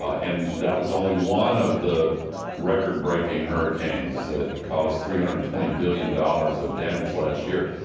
and that was only one of the record-breaking hurricanes that cost three hundred and twenty billion dollars of damage last year.